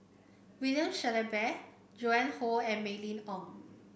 William Shellabear Joan Hon and Mylene Ong